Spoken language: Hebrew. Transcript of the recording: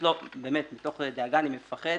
תוך דאגה אני פוחד